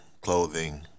clothing